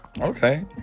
Okay